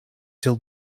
till